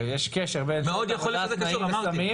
הרי יש קשר בין התנאים לסמים,